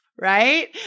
Right